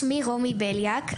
שמי רומי בליאק,